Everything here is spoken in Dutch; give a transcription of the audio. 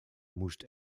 moest